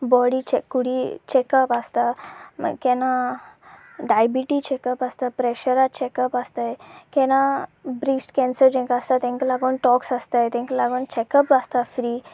बॉडीचें कुडी चॅकअप आसता केन्ना डायबिटीज चॅकअप आसता प्रेशरा चॅकअप आसतात केन्ना ब्रिस्ट कॅन्सर जांकां आसता तांकां लागून टॉक्स आसतात ताका लागून चॅकअप आसता फ्री